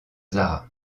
zara